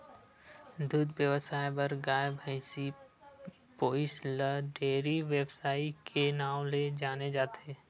दूद बेवसाय बर गाय, भइसी पोसइ ल डेयरी बेवसाय के नांव ले जाने जाथे